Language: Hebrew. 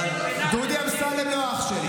דודי אמסלם לא אח שלי.